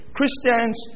Christians